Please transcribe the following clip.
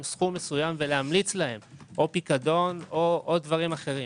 סכום מסוים ולהמליץ להם או פיקדון או דברים אחרים.